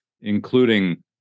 including